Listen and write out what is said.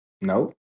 No